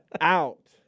out